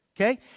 Okay